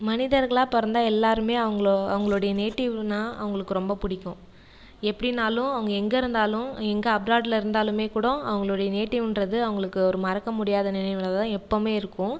மனிதர்களாக பிறந்தா எல்லாருமே அவங்களோ அவர்களுடைய நேட்டிவ்னா அவர்களுக்கு ரொம்ப பிடிக்கும் எப்படினாலும் அவங்க எங்கே இருந்தாலும் எங்கே அப்ராடில் இருந்தாலுமே கூட அவர்களுடைய நேட்டிவ்ன்றது அவர்களுக்கு ஒரு மறக்க முடியாத நினைவுகளாக தான் எப்போதுமே இருக்கும்